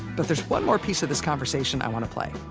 but there's one more piece of this conversation i want to play.